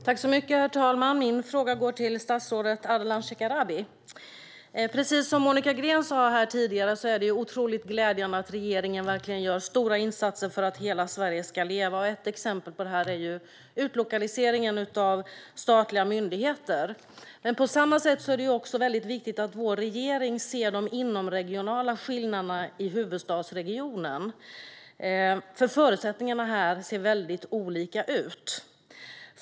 Herr talman! Min fråga går till statsrådet Ardalan Shekarabi. Precis som Monica Green sa tidigare är det glädjande att regeringen gör stora insatser för att hela Sverige ska leva. Ett exempel på detta är utlokaliseringen av statliga myndigheter. Det är dock viktigt att regeringen också ser de inomregionala skillnaderna i huvudstadsregionen, för förutsättningarna här ser väldigt olika ut.